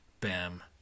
bam